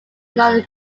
another